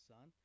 Sun